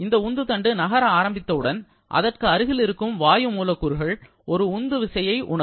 இந்த உந்து தண்டு நகர ஆரம்பித்தவுடன் அதற்கு அருகில் இருக்கும் வாயு மூலக்கூறுகள் ஒரு உந்து விசையை உணரும்